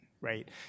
right